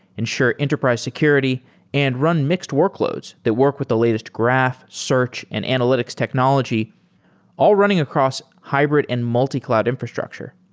ensure enterprise security and run mixed workloads that work with the latest graph, search and analytics technology all running across hybrid and multi-cloud infrastructure.